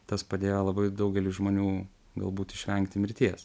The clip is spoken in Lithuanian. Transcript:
tas padėjo labai daugeliui žmonių galbūt išvengti mirties